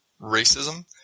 racism